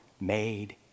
made